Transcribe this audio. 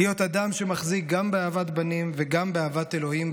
להיות אדם שמחזיק גם באהבת בנים וגם באהבת אלוהים,